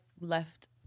left